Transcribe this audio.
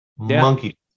monkey